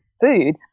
food